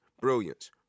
brilliance